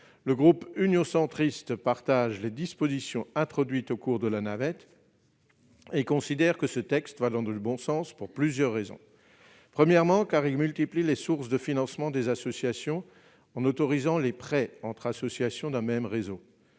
Le groupe Union Centriste partage les dispositions introduites au cours de la navette et considère que cette proposition de loi va dans le bon sens, pour plusieurs raisons. Premièrement, ce texte multiplie les sources de financement des associations, en autorisant les prêts entre associations d'un même réseau.